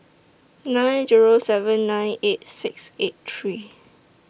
nine Zero seven nine eight six eight three